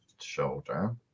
shoulder